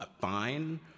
fine